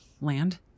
land